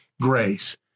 grace